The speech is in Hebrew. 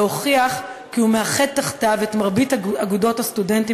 להוכיח כי הוא מאחד תחתיו את מרבית אגודות הסטודנטים